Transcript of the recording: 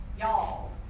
y'all